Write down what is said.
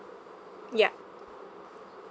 ya